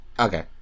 Okay